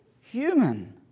human